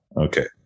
Okay